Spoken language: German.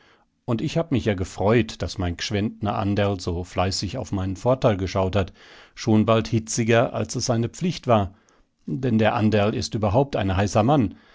und ich hab mich ja gefreut daß mein gschwendtner anderl so fleißig auf meinen vorteil geschaut hat schon bald hitziger als es seine pflicht war denn der anderl ist überhaupt ein heißer mann